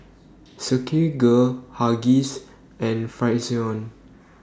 Silkygirl Huggies and Frixion